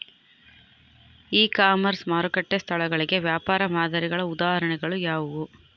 E commerce ಮಾರುಕಟ್ಟೆ ಸ್ಥಳಗಳಿಗೆ ವ್ಯಾಪಾರ ಮಾದರಿಗಳ ಉದಾಹರಣೆಗಳು ಯಾವುವು?